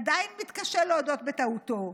עדיין מתקשה להודות בטעותו.